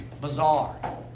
bizarre